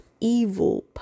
Evil